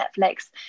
Netflix